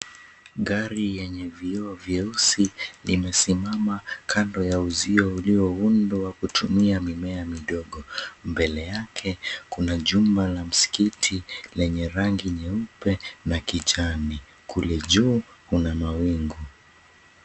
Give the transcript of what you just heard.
Gari lenye vioo vyeusi limesimama kando ya uzio ulioundwa kutumia mimea midogo. Mbele yake kuna jumba la msikiti lenye rangi nyeupe na kijani. Kule juu kuna mawingu.